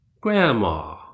Grandma